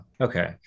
Okay